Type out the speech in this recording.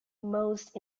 most